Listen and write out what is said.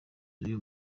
y’uyu